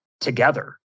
together